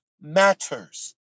matters